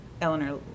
Eleanor